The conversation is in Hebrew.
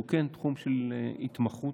שהוא תחום של התמחות,